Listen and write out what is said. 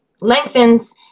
lengthens